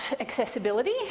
accessibility